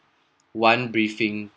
one briefing